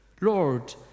Lord